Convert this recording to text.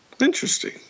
Interesting